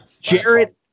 Jared